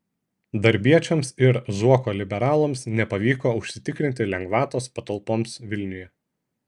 darbiečiams ir zuoko liberalams nepavyko užsitikrinti lengvatos patalpoms vilniuje